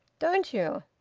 don't you?